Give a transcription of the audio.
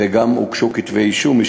וגם הוגשו כתבי-אישום.